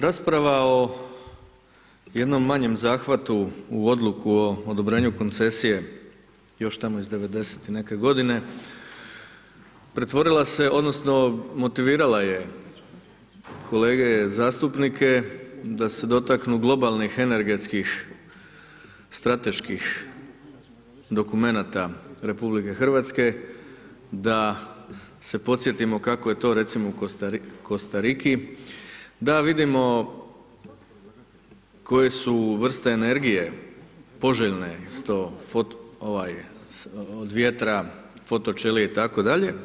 Rasprava o jednom manjem zahvatu u odluku o odobrenju koncesije još tamo iz 90 i neke godine, pretvorila se, odnosno motivirala je kolege zastupnike da se dotaknu globalnih energetskih strateških dokumenata Republike Hrvatske, da se podsjetimo kako je to u recimo u Kostariki, da vidimo koje su vrste energije poželjne od vjetra foto ćelije itd.